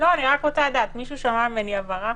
אני רק רוצה לדעת, מישהו שמע ממני הברה?